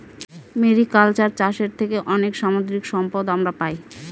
mariculture চাষের থেকে অনেক সামুদ্রিক সম্পদ আমরা পাই